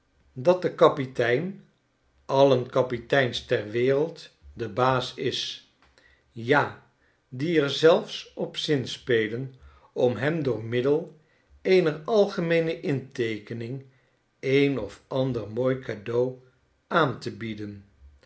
dat de kapitein alien kapiteins ter wereld de baas is ja die er zelfs op zinspelen om hem doormiddeleeneralgemeene inteekening een of ander mooi cadeau aan te bieden